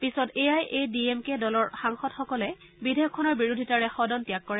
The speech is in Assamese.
পিছত A I A D M K দলৰ সাংসদসকলে বিধেয়কখনৰ বিৰোধিতাৰে সদন ত্যাগ কৰে